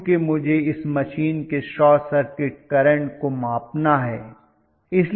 क्योंकि मुझे इस मशीन के शॉर्ट सर्किट करंट को मापना है